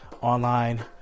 Online